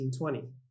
1920